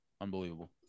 Unbelievable